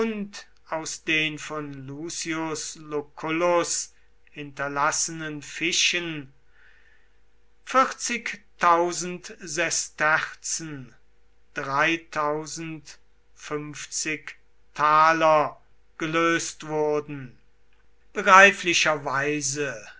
aus den von lucius lucullus hinterlassenen fischen sesterzen gelöst wurden begreiflicherweise